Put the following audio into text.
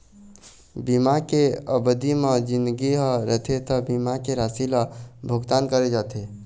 बीमा के अबधि म जिनगी ह रथे त बीमा के राशि ल भुगतान करे जाथे